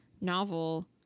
novel